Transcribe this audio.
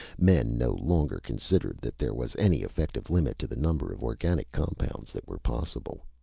men no longer considered that there was any effective limit to the number of organic compounds that were possible.